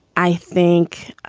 i think,